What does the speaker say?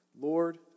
Lord